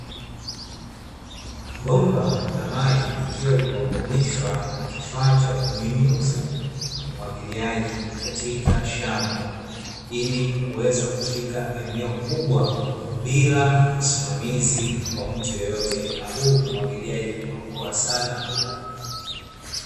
Bomba la maji likiwa limeunganishwa na kifaa cha kunyunyiza, umwagiliaji katika shamba, ili kuweza kufika eneo kubwa bila usimamizi wa mtu yeyote. Na huu umwagiliaji unaokoa sana muda.